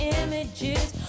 images